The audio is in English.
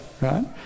right